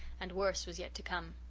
and worse was yet to come.